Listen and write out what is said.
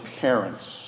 parents